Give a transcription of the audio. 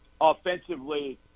offensively